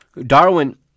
Darwin